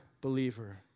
believer